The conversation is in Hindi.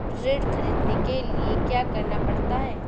ऋण ख़रीदने के लिए क्या करना पड़ता है?